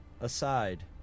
aside